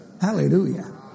Hallelujah